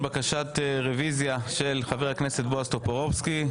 בקשת רוויזיה של חבר הכנסת בועז טופורובסקי.